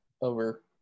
over